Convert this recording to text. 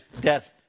death